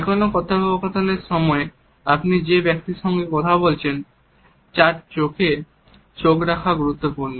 যেকোনো কথোপকথনের সময় আপনি যে ব্যক্তির সাথে কথা বলছেন তার চোখে চোখ রাখা গুরুত্বপূর্ণ